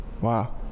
Wow